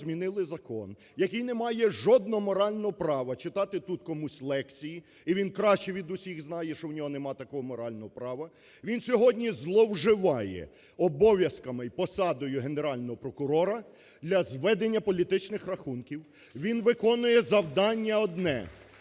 спеціально змінили закон, який не має жодного морального права читати тут комусь лекції і він краще від усіх знає, що в нього нема такого морального права. Він сьогодні зловживає обов’язками і посадою Генерального прокурора для зведення політичних рахунків, він виконує завдання одне